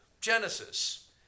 Genesis